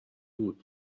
بود